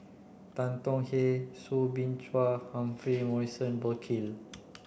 Tan Tong Hye Soo Bin Chua Humphrey Morrison Burkill